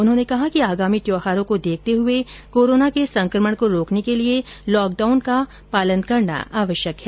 उन्होंने कहा कि आगामी त्यौहारों को देखते हुए कोरोना के संकमण को रोकने के लिए लॉकडाउन का पालन करना आवश्यक है